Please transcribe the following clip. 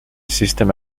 system